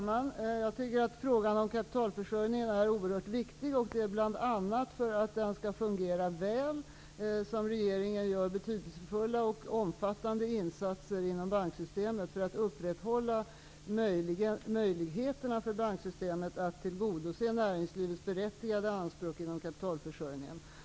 Fru talman! Frågan om kapitalförsörjningen är oerhört viktig, och det är bl.a. för att den skall fungera väl som regeringen gör betydelsefulla och omfattande insatser inom banksystemet. Vi måste upprätthålla möjligheterna för banksystemet att tillgodose näringslivets berättigade anspråk inom kapitalförsörjningen.